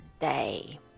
Day